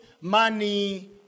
money